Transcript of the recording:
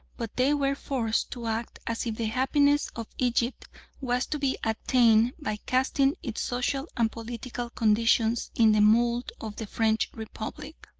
but they were forced to act as if the happiness of egypt was to be attained by casting its social and political conditions in the mould of the french republic.